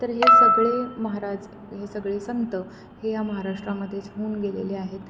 तर हे सगळे महाराज हे सगळे संत हे या महाराष्ट्रामध्येच होऊन गेलेले आहेत